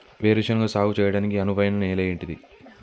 వేరు శనగ సాగు చేయడానికి అనువైన నేల ఏంటిది?